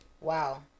Wow